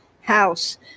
House